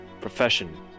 profession